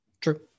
True